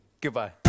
Goodbye